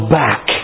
back